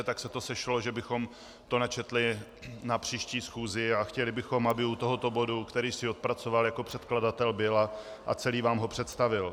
Tak se to sešlo, že bychom to načetli na příští schůzi, a chtěli bychom, aby u tohoto bodu, který si odpracoval jako předkladatel, byl a celý vám ho představil.